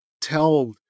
tell